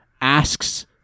asks